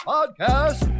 Podcast